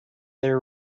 there